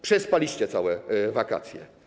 Przespaliście całe wakacje.